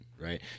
Right